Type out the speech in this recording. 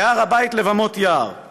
והר הבית לבמות יער";